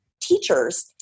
teachers